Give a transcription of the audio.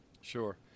Sure